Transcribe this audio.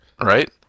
Right